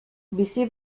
bizi